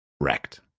wrecked